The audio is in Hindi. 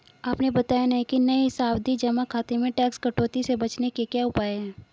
आपने बताया नहीं कि नये सावधि जमा खाते में टैक्स कटौती से बचने के क्या उपाय है?